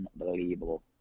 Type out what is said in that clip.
unbelievable